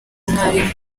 umwarimu